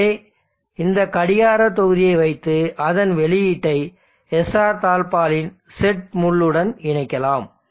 எனவே இங்கு கடிகாரத் தொகுதியை வைத்து அதன் வெளியீட்டை SR தாழ்ப்பாளின் செட் முள் உடன் இணைக்கலாம்